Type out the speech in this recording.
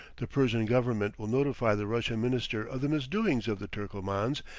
the persian government will notify the russian minister of the misdoings of the turcomans,